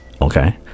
okay